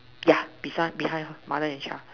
yeah beside behind mother and child